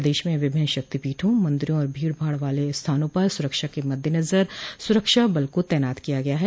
प्रदेश में विभिन्न शक्तिपीठों मन्दिरों और भीड़भाड़ वाले स्थानों पर सुरक्षा के मद्देनजर सुरक्षा बल को तैनात किया गया हैं